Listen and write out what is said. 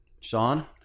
Sean